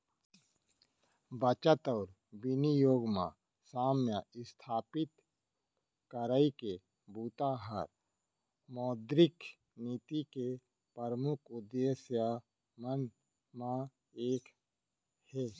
बचत अउ बिनियोग म साम्य इस्थापित करई के बूता ह मौद्रिक नीति के परमुख उद्देश्य मन म एक हे